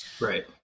Right